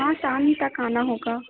हाँ शाम का आना होगा